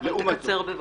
קצר בבקשה.